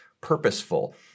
purposeful